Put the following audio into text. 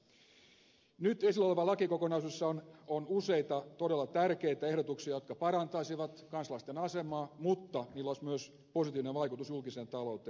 nyt esillä olevassa lakikokonaisuudessa on useita todella tärkeitä ehdotuksia jotka parantaisivat kansalaisten asemaa mutta niillä olisi myös positiivinen vaikutus julkiseen talouteen